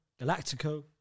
Galactico